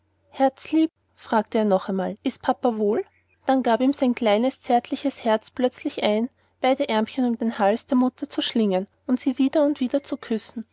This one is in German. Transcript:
herzlieb fragte er noch einmal ist papa wohl dann gab ihm sein kleines zärtliches herz plötzlich ein beide aermchen um den hals der mutter zu schlingen und sie wieder und wieder zu küssen